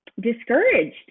discouraged